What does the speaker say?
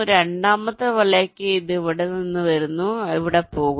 രണ്ടാമത്തെ വലയ്ക്ക് അത് ഇവിടെ നിന്ന് വരുന്നു അത് ഇവിടെ പോകുന്നു